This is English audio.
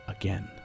again